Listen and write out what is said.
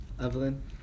Evelyn